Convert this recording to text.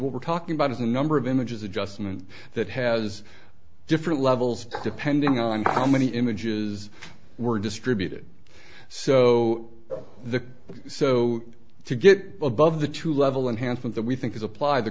what we're talking about is a number of images adjustment that has different levels depending on how many images were distributed so the so to get above the two level unhandsome that we think is apply the